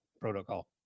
protocol